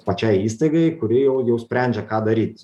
pačiai įstaigai kuri jau jau sprendžia ką daryt